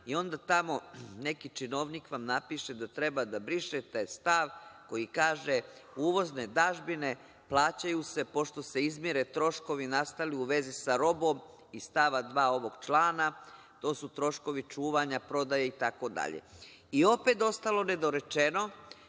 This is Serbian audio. i onda tamo neki činovnik vam napiše da treba da brišete stav koji kaže – uvozne dažbine plaćaju se pošto se izmire troškovi nastali u vezi sa robom iz stava 2. ovog člana. To su troškovi čuvanja, prodaje, itd. I opet ostalo nedorečeno